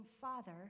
father